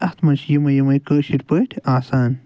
اتھ منٛز چھُ یِمے یِمے کٲشرۍ پٲٹھۍ آسان